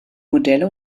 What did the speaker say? modelle